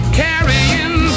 carrying